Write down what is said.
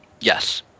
Yes